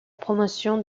promotion